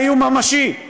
אדוני סגן השר ישיב.